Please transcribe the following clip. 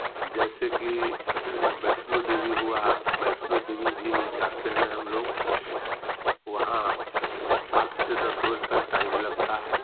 जैसे कि वैष्णो देवी हुआ वैष्णो देवी भी जाते हैं हम लोग वहाँ आठ से दस रोज का टाइम लगता है